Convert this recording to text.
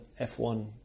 F1